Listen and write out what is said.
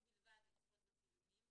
רשאי הוא בלבד לצפות בצילומים,